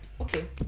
okay